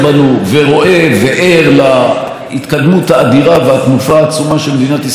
ורואה וער להתקדמות האדירה והתנופה העצומה שמדינת ישראל נמצאת בה